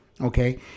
okay